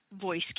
voice